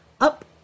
up